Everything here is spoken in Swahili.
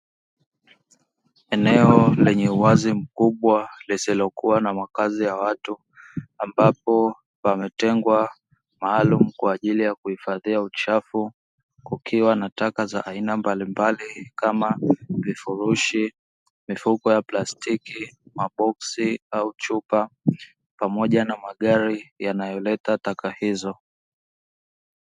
Eneo lenye uwazi mkubwa lisilokuwa na makazi ya watu ambapo pametengwa maalumu kwa ajili ya kuhifadhia uchafu kukiwa na taka za aina mbalimbali kama vifurushi, mifuko ya plastiki, maboksi au chupa pamoja na magari yanayoleta taka hizo.